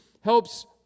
helps